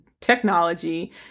technology